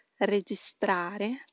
Registrare